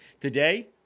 today